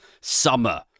summer